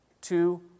two